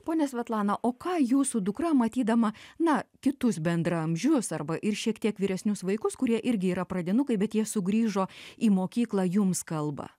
ponia svetlana o ką jūsų dukra matydama na kitus bendraamžius arba ir šiek tiek vyresnius vaikus kurie irgi yra pradinukai bet jie sugrįžo į mokyklą jums kalba